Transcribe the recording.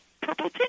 purple